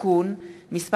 (תיקון מס'